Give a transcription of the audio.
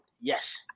Yes